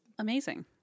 Amazing